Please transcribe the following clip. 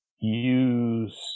use